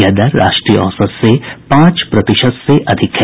यह दर राष्ट्रीय औसत से लगभग पांच प्रतिशत अधिक है